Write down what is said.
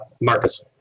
Marcus